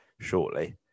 shortly